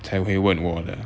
才会问我